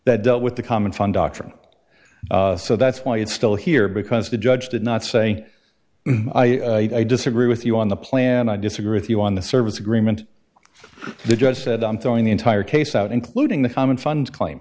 that dealt with the common fund doctrine so that's why it's still here because the judge did not say i disagree with you on the plan i disagree with you on the service agreement the judge said i'm throwing the entire case out including the common fund claim